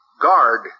guard